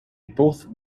both